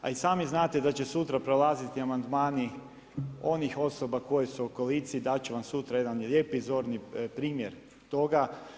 A i sami znate da će sutra prolaziti amandmani onih osoba koji su u koaliciji, dati ću vam sutra jedan lijepi zorni primjer toga.